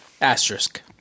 Asterisk